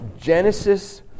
Genesis